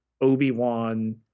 Obi-Wan